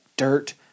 Dirt